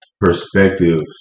perspectives